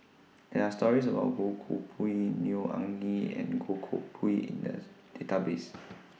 There Are stories about Goh Koh Pui Neo Anngee and Goh Koh Pui in The Database